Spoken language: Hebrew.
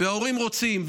וההורים רוצים,